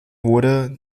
wurde